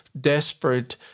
desperate